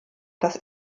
das